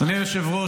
אדוני היושב-ראש,